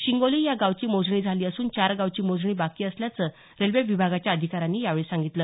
शिंगोली या गावची मोजणी झाली असून चार गावची मोजणी बाकी असल्याचं रेल्वे विभागाच्या अधिकाऱ्यांनी यावेळी सांगितलं